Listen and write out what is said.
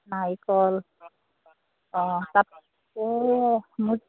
নাৰিকল অঁ তাত এই মোক